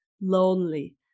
lonely